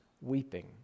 weeping